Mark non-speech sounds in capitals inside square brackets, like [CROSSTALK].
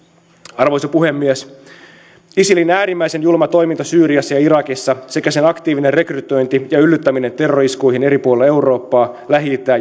arvoisa puhemies isilin äärimmäisen julma toiminta syyriassa ja irakissa sekä sen aktiivinen rekrytointi ja yllyttäminen terrori iskuihin eri puolilla eurooppaa lähi itää [UNINTELLIGIBLE]